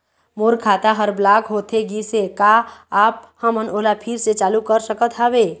मोर खाता हर ब्लॉक होथे गिस हे, का आप हमन ओला फिर से चालू कर सकत हावे?